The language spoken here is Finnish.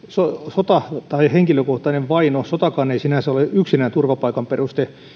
sota tai henkilökohtainen vaino sotakaan ei sinänsä ole yksinään turvapaikan peruste